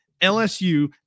LSU